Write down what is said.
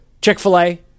Chick-fil-A